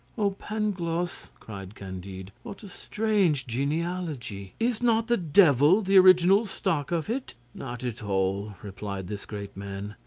oh, pangloss! cried candide, what a strange genealogy! is not the devil the original stock of it? not at all, replied this great man,